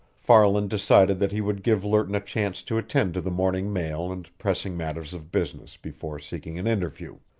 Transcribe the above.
farland decided that he would give lerton a chance to attend to the morning mail and pressing matters of business, before seeking an interview.